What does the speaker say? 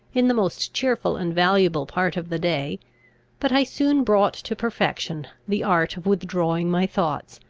in the most cheerful and valuable part of the day but i soon brought to perfection the art of withdrawing my thoughts,